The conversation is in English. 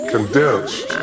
Condensed